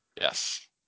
yes